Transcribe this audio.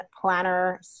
planner